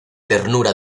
ternura